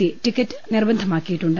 C ticket നിർബന്ധമാക്കിയിട്ടുണ്ട്